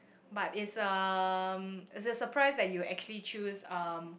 but it's um it's a surprise that you actually choose um